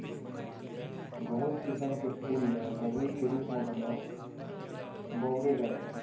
बहुत किसम के फूल ल दवई के रूप म घलौ बउरे जाथे